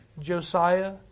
Josiah